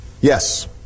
Yes